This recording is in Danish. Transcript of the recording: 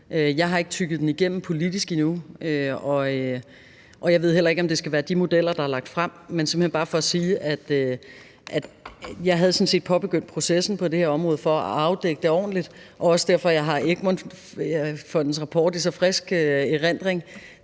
Jeg har ikke kigget det igennem politisk endnu, og jeg ved heller ikke, om det skal være de modeller, der er lagt frem. Men det er simpelt hen bare for at sige, at jeg sådan set havde påbegyndt processen på det her område for at afdække det ordentligt, og når jeg har Egmont Fondens rapport i så frisk erindring,